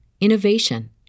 innovation